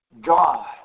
God